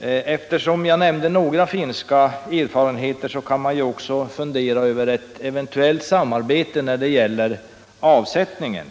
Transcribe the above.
Eftersom jag nämnde några finska erfarenheter kan man också fundera över ett eventuellt samarbete när det gäller avsättningen.